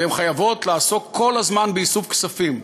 והן חייבות לעסוק כל הזמן באיסוף כספים.